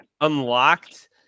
unlocked